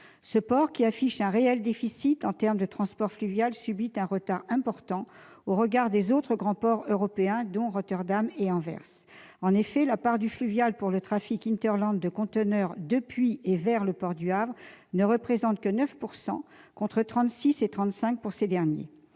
Ce port, qui affiche un réel déficit du point de vue du transport fluvial, subit un retard important au regard des autres grands ports européens, dont Rotterdam et Anvers. En effet, la part du fluvial dans le trafic de conteneurs depuis et vers le port du Havre ne représente que 9 %, contre respectivement